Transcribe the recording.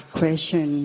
question